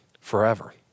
forever